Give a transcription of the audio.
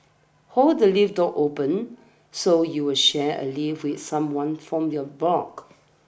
hold the lift door open so you'll share a lift with someone from your block